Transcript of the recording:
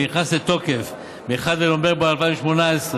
שנכנס לתוקף ב-1 בנובמבר 2018,